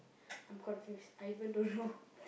I'm confused I even don't know